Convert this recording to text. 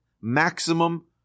maximum